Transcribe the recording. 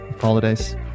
holidays